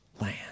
land